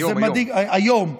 היום, היום.